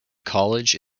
college